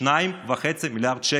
2.5 מיליארד שקל.